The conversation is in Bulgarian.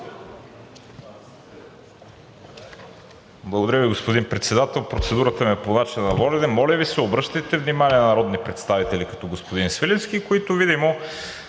Благодаря Ви, господин Председател. Процедурата ми е по начина на водене. Моля Ви се, обръщайте внимание на народни представители като господин Свиленски, които видимо